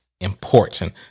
important